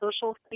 social